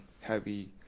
heavy